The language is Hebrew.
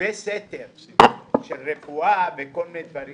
כתבי סתר של רפואה וכל מיני דברים